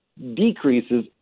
decreases